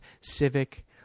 civic